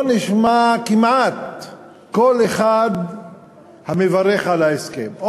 כמעט לא נשמע קול אחד שמברך על ההסכם,